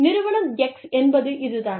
நிறுவனம் X என்பது இதுதான்